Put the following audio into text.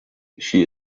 she